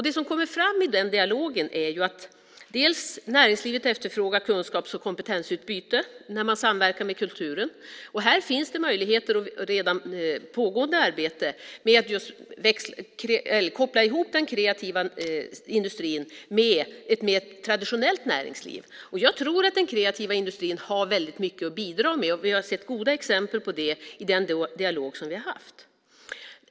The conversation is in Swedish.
Det som kommer fram i dialogen är att näringslivet efterfrågar kunskaps och kompetensutbyte när man samverkar med kulturen. Här finns det möjligheter i redan pågående arbete med att koppla ihop den kreativa industrin med ett mer traditionellt näringsliv. Jag tror att den kreativa industrin har mycket att bidra med. Vi har sett goda exempel på det i den dialog som vi har haft.